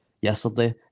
yesterday